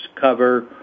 cover